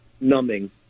numbing